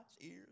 ears